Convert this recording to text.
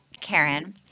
Karen